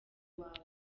wawe